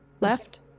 left